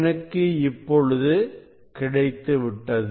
எனக்கு இப்பொழுது கிடைத்துவிட்டது